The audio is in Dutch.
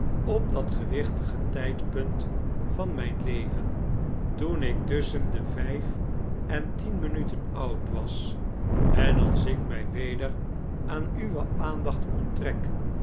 op dat gewichtigtydpuntvan myn leven toen ik tusschen de vyf en tien minuten oud was en als ik my weder aan uwe aandacht onttrek